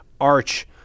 arch